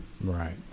Right